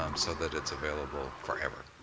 um so that it's available forever.